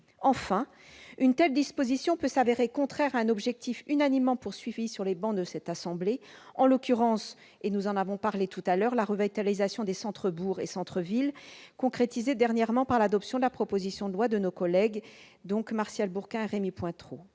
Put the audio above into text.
Enfin, une telle disposition peut s'avérer contraire à un objectif unanimement poursuivi sur les travées de cette assemblée, en l'occurrence- nous en avons parlé précédemment -, la revitalisation des centres-bourgs et des centres-villes, concrétisée dernièrement par l'adoption de la proposition de loi de nos collègues Martial Bourquin et Rémy Pointereau.